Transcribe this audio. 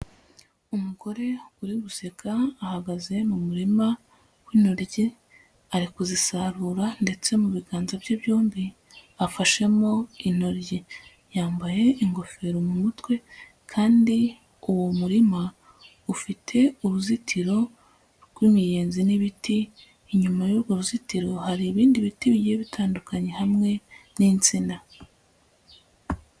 Umugore uri guseka ahagaze mu murima w'intoryi ari kuzisarura ndetse mu biganza bye byombi afashemo intoryi. Yambaye ingofero mu mutwe kandi uwo murima ufite uruzitiro rw'imiyenzi n'ibiti, inyuma y'urwo ruzitiro hari ibindi biti bigiye bitandukanye hamwe n'insina.